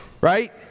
Right